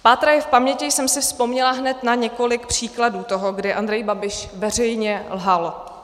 Pátrajíc v paměti jsem si vzpomněla hned na několik příkladů toho, kdy Andrej Babiš veřejně lhal.